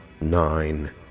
nine